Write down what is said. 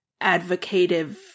advocative